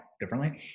differently